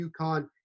UConn